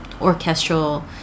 orchestral